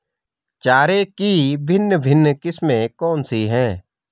चारे की भिन्न भिन्न किस्में कौन सी हैं?